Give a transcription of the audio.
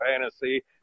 fantasy